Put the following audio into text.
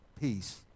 peace